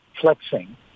flexing